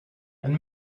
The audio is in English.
and